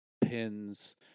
pins